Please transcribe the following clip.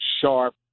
sharp